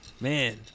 Man